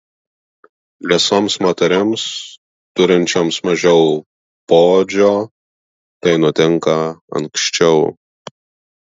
liesoms moterims turinčioms mažiau poodžio tai nutinka anksčiau